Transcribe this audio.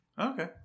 okay